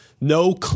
no